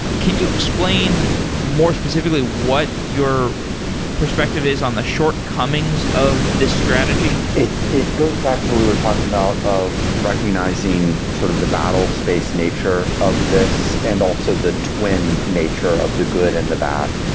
can you explain more specifically what your perspective is on the shortcomings of this strategy? it it goes back to what we were talking about of recognizing sort of the battlespace nature of this and also the twin nature of the good and the bad.